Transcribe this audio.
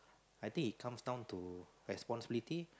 I think it comes down to responsibility